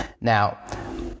Now